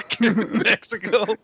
Mexico